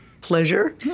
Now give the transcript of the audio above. pleasure